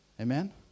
Amen